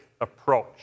approach